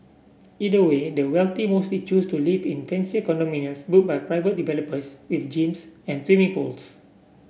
either way the wealthy mostly choose to live in fancier condominiums built by private developers with gyms and swimming pools